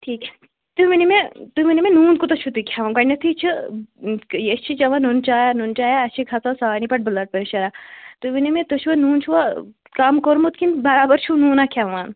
ٹھیٖک تُہۍ ؤنِو مےٚ تُہۍ ؤنِو مےٚ نوٗن کوٗتاہ چھِو تُہی کھیٚوان گۄڈنیٚتھٕے چھِ یہ أسۍ چھِ چیٚوان نُنہٕ چایا وُنہٕ چایا اَسہِ چھُ کھسان سارنٕے پَتہٕ بُلڈ پریشرا تُہۍ ؤنِو مےٚ تُہۍ چھِو نوٗن چھُو کَم کوٚرمُت کِنہٕ برابر چھُو نوٗناہ کھیٚوان